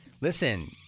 Listen